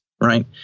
right